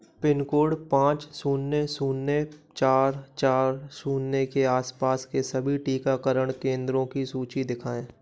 pin code पाँच शून्य शून्य चार चार शून्य के आसपास के सभी टीकाकरण केंद्रों की सूची दिखाएँ